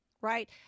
right